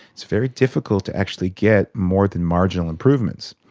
it's very difficult to actually get more than marginal improvements.